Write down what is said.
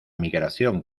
migración